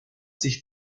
sich